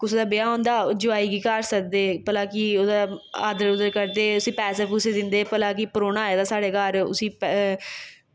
कुसै दा ब्याह् होंदा जोआई गी घर सद्ददे भला कि आदर ओह्दा ऊदर करदे उसी पैसे पूसे दिंदे भला कि परौह्ना आए दा साढ़े घर उसी